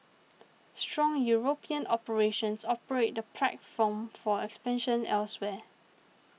strong European operations operate the platform for expansion elsewhere